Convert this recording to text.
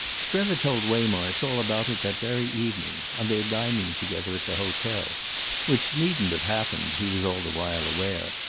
strether told waymarsh all about it that very evening, on their dining together at the hotel which needn't have happened, he was all the while aware,